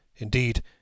Indeed